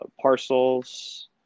Parcels